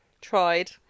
tried